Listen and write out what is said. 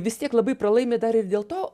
vis tiek labai pralaimi dar ir dėl to